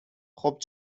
خوب